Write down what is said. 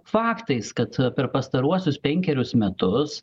faktais kad per pastaruosius penkerius metus